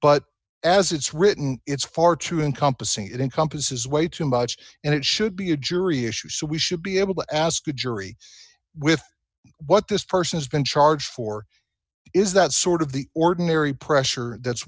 but as it's written it's far too encompassing it encompasses way too much and it should be a jury issue so we should be able to ask a jury with what this person has been charged for is that sort of the ordinary pressure that's